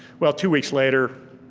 well two weeks later,